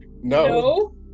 No